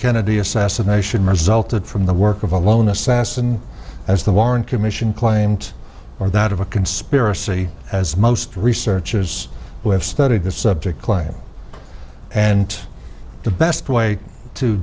kennedy assassination resulted from the work of a lone assassin as the warren commission claimed or that of a conspiracy as most researchers who have studied this subject claim and the best way to